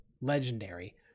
legendary